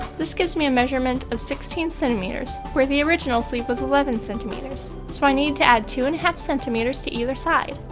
this gives me a measurement of sixteen centimeters, where the original sleeve was eleven centimeters. so i need to add two and a half centimeters to either side.